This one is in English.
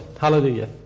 Hallelujah